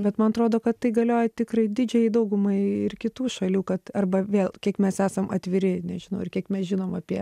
bet man atrodo kad tai galioja tikrai didžiajai daugumai ir kitų šalių kad arba vėl kiek mes esam atviri nežinau ir kiek mes žinome apie